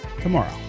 tomorrow